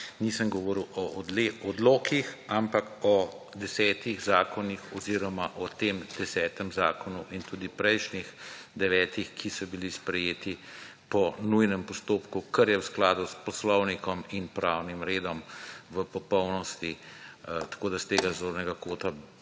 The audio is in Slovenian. nisem govoril o odlokih, ampak o desetih zakonih oziroma o tem desetem zakonu in tudi prejšnjih devetih, ki so bili sprejeti po nujnem postopku, kar je v skladu s Poslovnikom in pravnim redom v popolnosti. Tako da s tega zornega kota